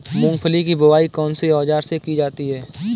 मूंगफली की बुआई कौनसे औज़ार से की जाती है?